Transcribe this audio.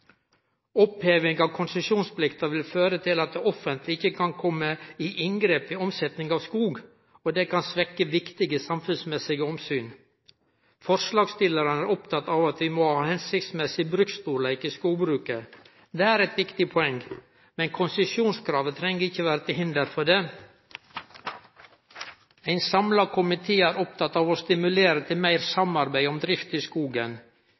Oppheving av konsesjonsplikta vil føre til at det offentlege ikkje kan komme i inngrep ved omsetting av skog, og det kan svekkje viktige samfunnsmessige omsyn. Forslagsstillarane er opptekne av at vi må ha hensiktsmessig bruksstorleik i skogbruket. Det er eit viktig poeng. Men konsesjonskravet treng ikkje vere til hinder for det. Ein samla komité er oppteken av å stimulere til meir samarbeid om drift i skogen.